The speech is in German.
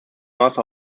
maße